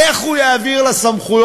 איך הוא יעביר לה סמכויות